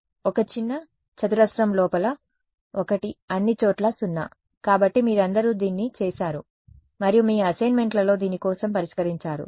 ఒక చిన్న చతురస్రం లోపల ఒకటి అన్నిచోట్లా 0 కాబట్టి మీరందరూ దీన్ని చేసారు మరియు మీ అసైన్మెంట్లలో దీని కోసం పరిష్కరించారు